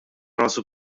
rasu